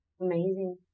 amazing